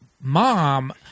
mom